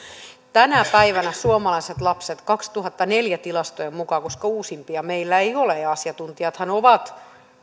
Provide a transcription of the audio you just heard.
tänä päivänä suomalaiset lapset vuoden kaksituhattaneljä tilaston mukaan koska uudempia meillä ei ole ja asiantuntijathan ovat